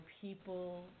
people